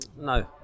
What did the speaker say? No